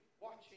watching